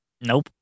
Nope